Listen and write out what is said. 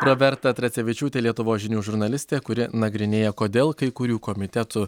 roberta tracevičiūtė lietuvos žinių žurnalistė kuri nagrinėja kodėl kai kurių komitetų